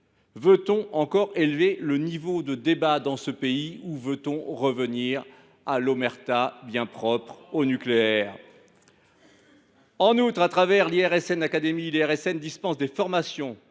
Veut on encore élever le niveau de débat dans ce pays ou veut on revenir à l’omerta bien propre au nucléaire ? En outre, à travers l’IRSN Academy, l’IRSN dispense des formations